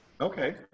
Okay